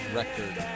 record